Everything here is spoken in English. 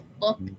Look